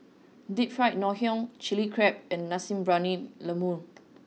deep fried Ngoh Hiang chili crab and nasi briyani lembu